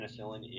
penicillin